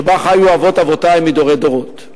שבה חיו אבות אבותי מדורי דורות.